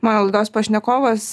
mano laidos pašnekovas